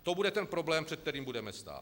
A to bude ten problém, před kterým budeme stát.